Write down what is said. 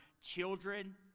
Children